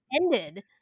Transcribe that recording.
ended